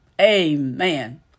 Amen